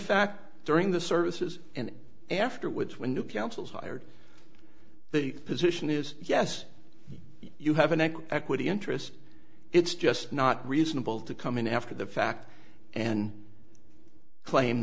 fact during the services and afterwards when new counsels hired the position is yes you have an equity interest it's just not reasonable to come in after the fact and claim